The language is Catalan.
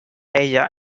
ella